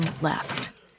left